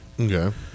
Okay